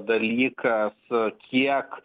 dalykas kiek